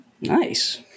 Nice